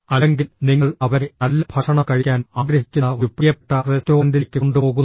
അല്ലെങ്കിൽ നിങ്ങൾ അവരെ നല്ല ഭക്ഷണം കഴിക്കാൻ ആഗ്രഹിക്കുന്ന ഒരു പ്രിയപ്പെട്ട റെസ്റ്റോറന്റിലേക്ക് കൊണ്ടുപോകുന്നു